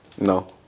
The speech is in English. No